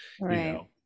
right